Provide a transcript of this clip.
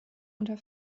unter